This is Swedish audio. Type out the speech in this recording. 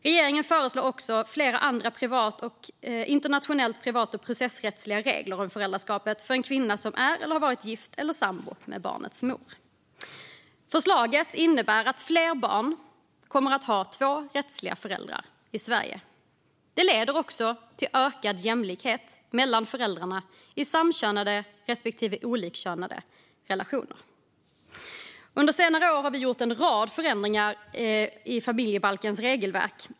Regeringen föreslår också flera andra internationellt privat och processrättsliga regler om föräldraskap för en kvinna som är eller har varit gift eller sambo med barnets mor. Förslaget innebär att fler barn kommer att ha två rättsliga föräldrar i Sverige. Det leder också till ökad jämlikhet mellan föräldrar i samkönade respektive olikkönade relationer. Under senare år har vi gjort en rad förändringar i föräldrabalkens regelverk.